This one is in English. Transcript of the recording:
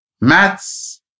Maths